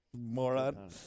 moron